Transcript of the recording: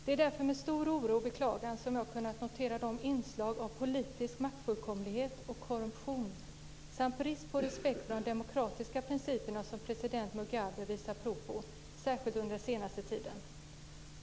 Det är därför med stor oro och beklagan jag kunnat notera de inslag av politisk maktfullkomlighet och korruption samt brist på respekt för de demokratiska principerna som president Mugabe visar prov på, särskilt under den senaste tiden.